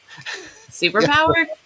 Superpower